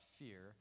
fear